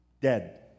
dead